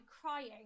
crying